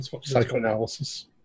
Psychoanalysis